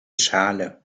schale